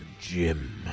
Jim